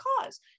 cause